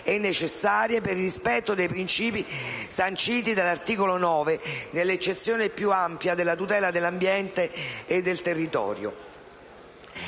e necessarie per il rispetto dei principi sanciti dall'articolo 9 nell'eccezione più ampia della tutela dell'ambiente e del territorio;